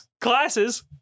classes